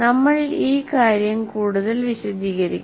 നമ്മൾ ഈ കാര്യം കൂടുതൽ വിശദീകരിക്കില്ല